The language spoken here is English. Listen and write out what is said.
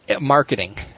Marketing